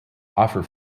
offer